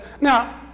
now